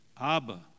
Abba